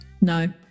no